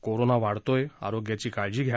corona वाढतोय आरोग्याची काळजी घ्या